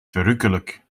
verrukkelijk